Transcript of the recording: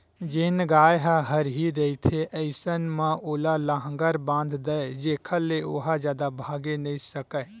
जेन गाय ह हरही रहिथे अइसन म ओला लांहगर बांध दय जेखर ले ओहा जादा भागे नइ सकय